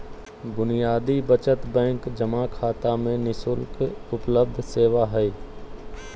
बुनियादी बचत बैंक जमा खाता में नि शुल्क उपलब्ध सेवा हइ